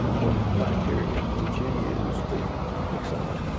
what criteria would you use to pick somebody?